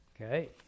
Okay